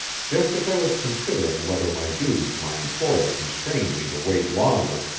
just as i was considering whether my duty to my employer constrained me to wait longer,